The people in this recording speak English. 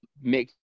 make